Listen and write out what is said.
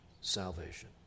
Salvation